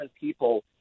people